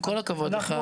עם כל הכבוד לך,